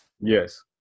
Yes